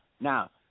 Now